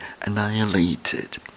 annihilated